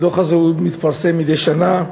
הדוח הזה מתפרסם מדי שנה,